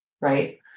right